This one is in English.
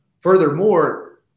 furthermore